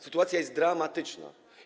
Sytuacja jest dramatyczna.